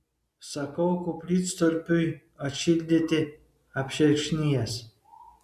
sakau koplytstulpiui atšildyti apšerkšnijęs